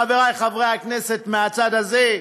חברי חברי הכנסת מהצד הזה,